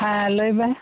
ᱦᱮᱸ ᱞᱟ ᱭᱢᱮ